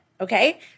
okay